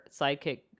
sidekick